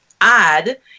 add